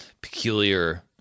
peculiar